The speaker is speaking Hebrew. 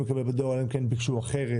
לקבל בדואר אלא אם כן הם ביקשו אחרת.